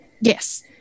yes